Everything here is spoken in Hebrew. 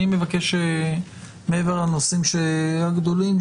אני מבקש מעבר לנושאים הגדולים,